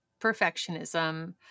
perfectionism